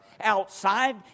outside